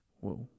Whoa